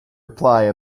reply